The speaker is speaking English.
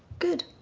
good.